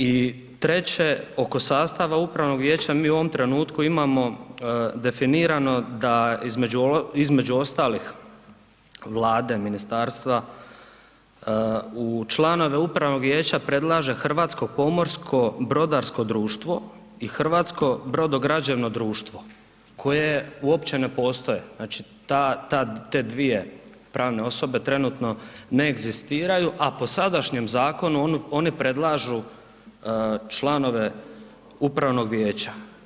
I treće, oko sastava upravnog vijeća mi u ovom trenutku imamo definirano da između ostalih Vlade, ministarstva, u članove upravnog vijeća predlaže Hrvatsko pomorsko brodarsko društvo i Hrvatsko brodograđevno društvo koje uopće ne postoje, znači ta, ta, te dvije pravne osobe trenutno ne egzistiraju, a po sadašnjem zakonu oni predlažu članove upravnog vijeća.